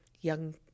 young